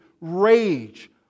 rage